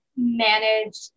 manage